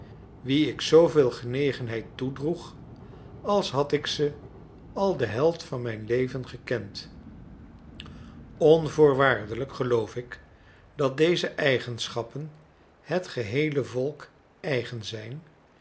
wien ik zooveel genegenheid toedroeg als had ik ze al de helft mijn leven gekend onvoorwaardelijk geloof ik dat deze eigenschappen het geheele volk eigen zijn